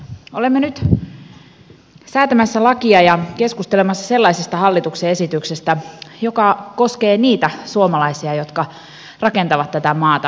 olemme nyt säätämässä lakia ja keskustelemassa sellaisesta hallituksen esityksestä joka koskee niitä suomalaisia jotka rakentavat tätä maata tulevaisuuden vuosikymmeninä